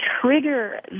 trigger